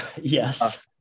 Yes